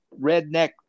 redneck